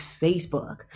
Facebook